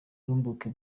bwa